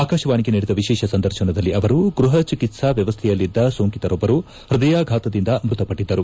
ಆಕಾಶವಾಣಿಗೆ ನೀಡಿದ ವಿಶೇಷ ಸಂದರ್ಶನದಲ್ಲಿ ಅವರು ಗೃಹ ಚಿಕಿತ್ಸಾ ವ್ಯವಸ್ಠೆಯಲ್ಲಿದ್ದ ಸೋಂಕಿತರೊಬ್ಬರು ಹೃದಯಾಘಾತದಿಂದ ಮೃತಪಟ್ಟಿದ್ದರು